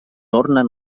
ornen